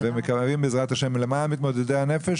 ומקווים למען מתמודדי הנפש,